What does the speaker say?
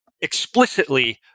explicitly